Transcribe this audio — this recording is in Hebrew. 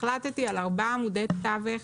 החלטתי על ארבעה עמודי תווך